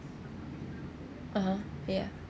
(uh huh) ya